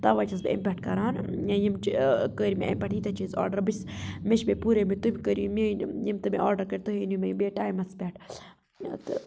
تَوَے چھس بہٕ امہِ پؠٹھ کران یا یِم چہِ کٔرۍ مےٚ امہِ پٮ۪ٹھ ییتِیاہ چِیٖز آرڈَر بہٕ چھس مےٚ چھِ پُورٕ اُمِیٖد تُہۍ کٔرِو یِم مِیٲنۍ یِم تہِ مےٚ آرڈَر کٔرۍ تُہۍ أنِیو مےٚ بیٚیہِ یِم ٹایِمَس پؠٹھ تہٕ